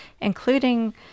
including